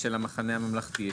של המחנה הממלכתי.